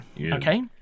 okay